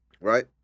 Right